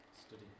Study